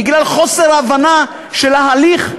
בגלל חוסר הבנה של ההליך,